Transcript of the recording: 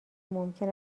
ممکن